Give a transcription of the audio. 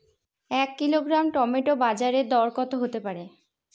এক kilogram tomato বাজের দরকত হতে পারে?